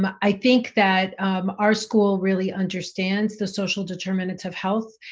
um i think that our school really understands the social determinants of health,